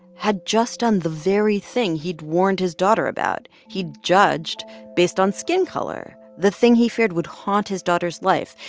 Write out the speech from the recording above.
had just done the very thing he'd warned his daughter about. he judged based on skin color, the thing he feared would haunt his daughter's life,